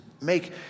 make